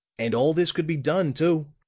and all this could be done, too.